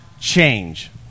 change